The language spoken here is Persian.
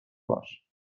باش